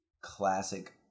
classic